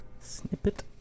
Snippet